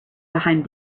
behind